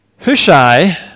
Hushai